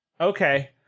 Okay